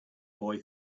boy